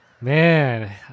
Man